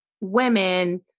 women